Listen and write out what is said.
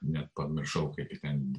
net pamiršau kaip ji ten